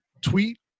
tweet